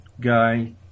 guy